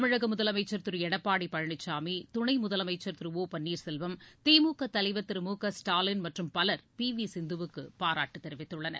தமிழக முதலமைச்சர் திரு எடப்பாடி பழனிசாமி துணை முதலமைச்சர் திரு ஒ பன்னீர்செல்வம் திமுக தலைவர் திரு மு க ஸ்டாலின் மற்றும் பலர் பி வி சிந்து வுக்கு பாராட்டு தெரிவித்துள்ளனர்